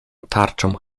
tarczą